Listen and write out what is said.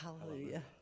hallelujah